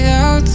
out